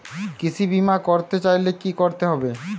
কৃষি বিমা করতে চাইলে কি করতে হবে?